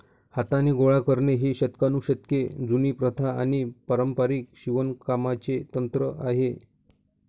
हाताने गोळा करणे ही शतकानुशतके जुनी प्रथा आणि पारंपारिक शिवणकामाचे तंत्र आहे